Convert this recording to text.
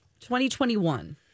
2021